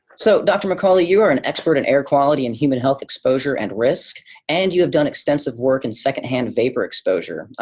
so, dr. mcauley, you are an expert in air quality and human health exposure and risk and you have done extensive work in secondhand vapor exposure,